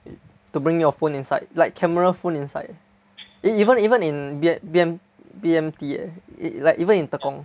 to bring your phone inside like camera phone inside even even in B_M B_M B_M_T eh like even in Tekong